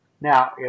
Now